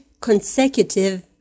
consecutive